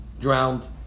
drowned